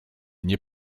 nie